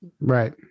right